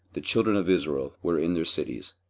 the children of israel were in their cities.